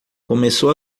começou